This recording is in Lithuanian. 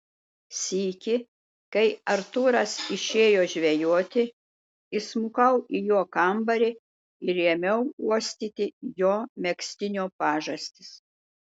sykį kai artūras išėjo žvejoti įsmukau į jo kambarį ir ėmiau uostyti jo megztinio pažastis